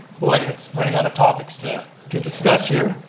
boy, it's running out of topics to to discuss here,